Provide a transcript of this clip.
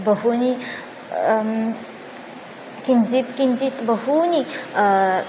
बहूनि किञ्चित् किञ्चित् बहूनि